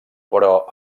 però